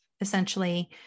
essentially